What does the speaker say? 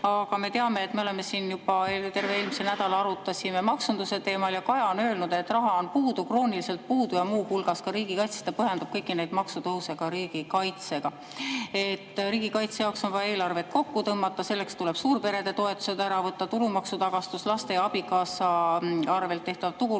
Me teame, me oleme siin juba terve eelmise nädala arutanud maksunduse teemal ja Kaja on öelnud, et raha on puudu, krooniliselt puudu, muu hulgas riigikaitses. Ta põhjendab kõiki neid maksutõuse riigikaitsega, et riigikaitse jaoks on vaja eelarvet kokku tõmmata, selleks tuleb suurperede toetused ära võtta, laste ja abikaasa arvel tehtav